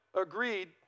agreed